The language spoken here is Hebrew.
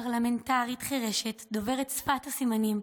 פרלמנטרית חירשת דוברת שפת הסימנים,